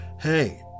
hey